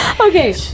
Okay